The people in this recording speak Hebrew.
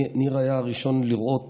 לראות